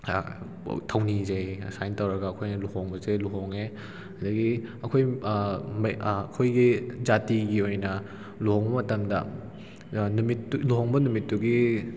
ꯊꯧꯅꯤꯖꯩ ꯑꯁꯨꯃꯥꯏꯅ ꯇꯧꯔꯒ ꯑꯩꯈꯣꯏꯅ ꯂꯨꯍꯣꯡꯕꯁꯦ ꯂꯨꯍꯣꯡꯉꯦ ꯑꯗꯒꯤ ꯑꯩꯈꯣꯏ ꯑꯨꯈꯣꯏꯒꯤ ꯖꯥꯠꯇꯤꯒꯤ ꯑꯣꯏꯅ ꯂꯨꯍꯣꯡꯕ ꯃꯇꯝꯗ ꯅꯨꯃꯤꯠꯇꯨ ꯂꯨꯍꯣꯡꯕ ꯅꯨꯃꯤꯠꯇꯨꯒꯤ